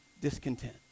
discontent